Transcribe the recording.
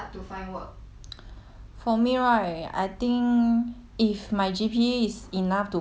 for me right I think if my G_P_A is enough to go uni I will choose uni lah